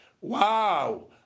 Wow